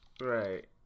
Right